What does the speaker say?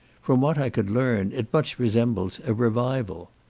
from what i could learn, it much resembles a revival.